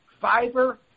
fiber